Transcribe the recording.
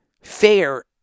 fair